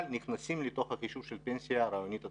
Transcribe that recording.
נכנסים לתוך החישוב של הפנסיה הרעיונית התקציבית.